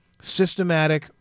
systematic